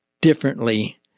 differently